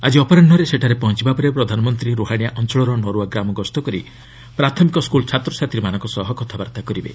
ଆଜି ଅପରାହୁରେ ସେଠାରେ ପହଞ୍ଚବା ପରେ ପ୍ରଧାନମନ୍ତ୍ରୀ ରୋହାଣିଆ ଅଞ୍ଚଳର ନରୁଆ ଗ୍ରାମ ଗସ୍ତ କରି ପ୍ରାଥମିକ ସ୍କୁଲ୍ ଛାତ୍ରଛାତ୍ରୀମାନଙ୍କ ସହ କଥାବାର୍ତ୍ତା କରିବେ